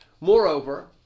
Moreover